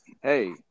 hey